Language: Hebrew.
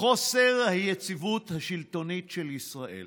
חוסר היציבות השלטונית של ישראל